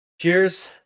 Cheers